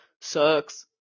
sucks